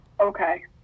Okay